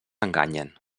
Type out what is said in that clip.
enganyen